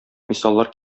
мисаллар